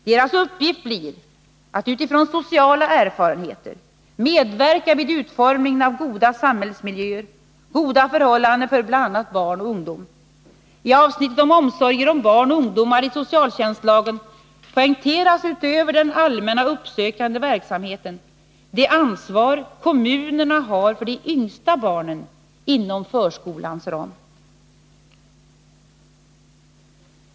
Deras uppgift blir att, utifrån sociala erfarenheter, medverka vid utformningen av goda samhällsmiljöer och goda förhållanden för bl.a. barn och ungdomar. I avsnittet om omsorger om barn och ungdomar i socialtjänstlagen poängteras utöver den allmänna uppsökande verksamheten det ansvar kommunerna har för de yngsta barnen inom förskolans ram.